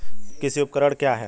कृषि उपकरण क्या है?